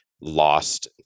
lost